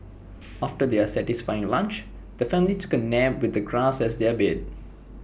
after their satisfying lunch the family took A nap with the grass as their bed